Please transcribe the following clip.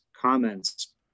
comments